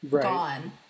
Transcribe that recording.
gone